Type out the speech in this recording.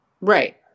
Right